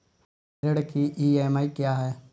ऋण की ई.एम.आई क्या है?